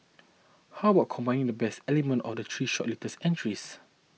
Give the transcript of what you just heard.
how about combining the best elements of the three shortlisted entries